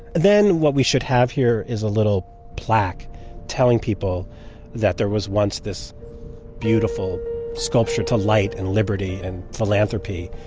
then what we should have here is a little plaque telling people that there was once this beautiful sculpture to light, and liberty, and philanthropy,